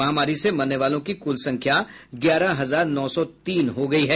महामारी से मरने वालों की कुल संख्या ग्यारह हजार नौ सौ तीन हो गयी है